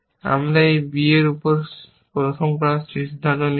আমরা একটি b প্রথম করার সিদ্ধান্ত নিয়েছে